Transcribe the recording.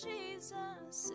Jesus